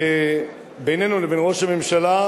בינינו לבין ראש הממשלה,